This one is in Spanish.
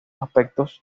aspectos